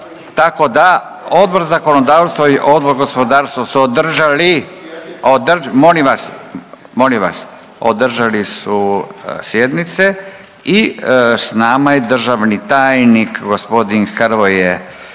tako da Odbor za zakonodavstvo i Odbor za gospodarstvo su održali, molim vas, molim vas, održali su sjednice i sa nama je državni tajnik gospodin Hrvoje